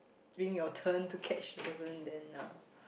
being your turn to catch the person then uh